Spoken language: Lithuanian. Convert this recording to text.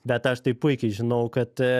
bet aš tai puikiai žinau kad